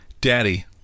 Daddy